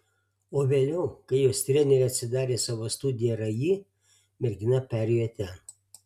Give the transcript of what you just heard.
o vėliau kai jos trenerė atsidarė savo studiją rai mergina perėjo ten